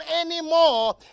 anymore